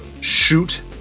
shoot